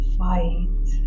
fight